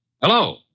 Hello